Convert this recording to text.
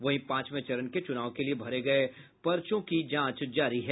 वहीं पांचवें चरण के चुनाव के लिए भरे गये पर्चों की जांच जारी है